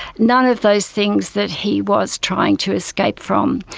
none of those things that he was trying to escape from.